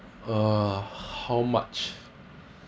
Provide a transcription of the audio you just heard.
uh how much